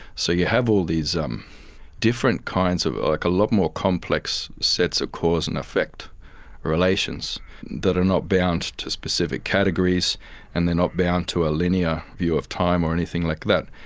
so you have all these um different kinds of, like a lot more complex sets of cause and effect relations that are not bound to specific categories and they're not bound to a linear view of time or anything like that,